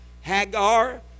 Hagar